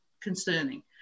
concerning